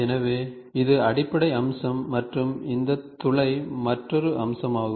எனவே இது அடிப்படை அம்சம் மற்றும் இந்த துளை மற்றொரு அம்சமாகும்